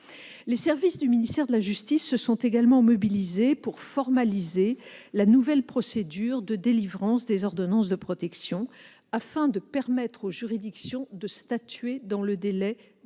Les services du ministère de la justice se sont également mobilisés pour formaliser la nouvelle procédure de délivrance des ordonnances de protection afin de permettre aux juridictions de statuer dans le délai